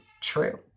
true